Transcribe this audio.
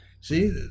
See